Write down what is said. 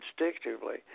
instinctively